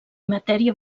matèria